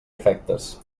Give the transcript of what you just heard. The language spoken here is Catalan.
efectes